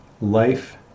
life